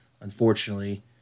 unfortunately